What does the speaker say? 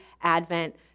Advent